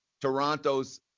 Toronto's